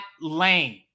lame